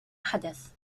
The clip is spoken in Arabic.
حدث